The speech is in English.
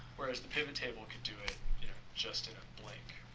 whereas the pivot table can do it you know just in a blink.